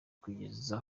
kugeza